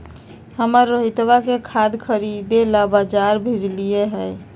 हम रोहितवा के खाद खरीदे ला बजार भेजलीअई र